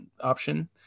option